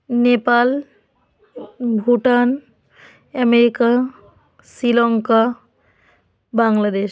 Nepal Bhutan America Sri Lanka Bangladesh